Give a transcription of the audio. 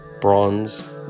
Bronze